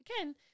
Again